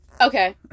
Okay